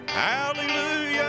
Hallelujah